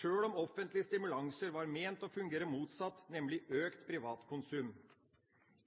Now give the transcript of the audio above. sjøl om offentlige stimulanser var ment å fungere motsatt, nemlig økt privat konsum.